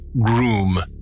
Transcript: groom